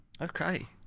Okay